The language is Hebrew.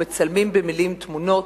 שמצלמים במלים תמונות,